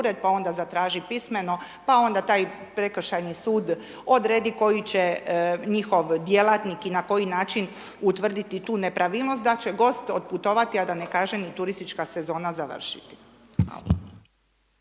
pa onda zatraži pismeno pa onda taj prekršajni sud odredi koji će njihov djelatnik i na koji način utvrditi tu nepravilnost da će gost otputovati a da ne kažem i turistička sezona završiti.